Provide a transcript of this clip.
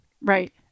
Right